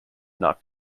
not